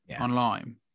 online